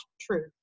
true